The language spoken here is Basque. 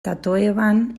tatoeban